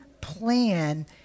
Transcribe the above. plan